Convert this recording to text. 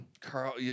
Carl